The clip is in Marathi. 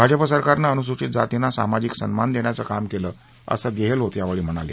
भाजप सरकारनं अनुसूचित जातींना सामाजिक सन्मान देण्याचं काम केलं असं गेहलोत यावेळी म्हणाले